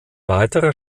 weiterer